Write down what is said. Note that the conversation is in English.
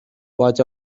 watch